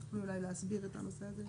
תוכלו אולי להסביר את הנושא הזה?